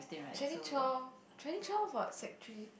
twenty twelve twenty twelve about sec three